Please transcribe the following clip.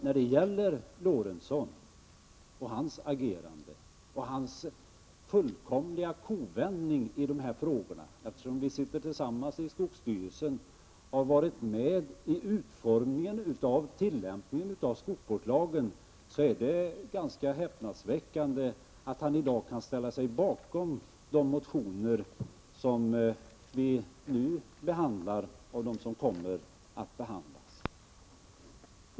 När det gäller Lorentzons fullkomliga kovändning i denna fråga — vi sitter ju tillsammans i skogsvårdsstyrelsen och har varit med om att utforma tillämpningen av skogsvårdslagen — är det ganska häpnadsväckande att han i dag kan ställa sig bakom de motioner som vi nu behandlar och kommer att behandla.